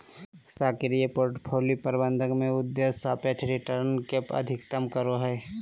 सक्रिय पोर्टफोलि प्रबंधन में उद्देश्य सापेक्ष रिटर्न के अधिकतम करो हइ